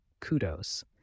kudos